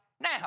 now